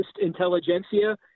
intelligentsia